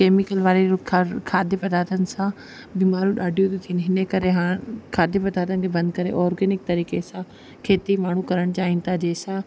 chemical वारे खा खाद्य पदार्थन सां बीमारियूं ॾाढियूं थियूं थियनि इन करे हाण खाद्य पदार्थन खे बंदि करे ऑर्गेनिक तरीक़े सां खेती माण्हू करणु चाहिनि था जंहिंसां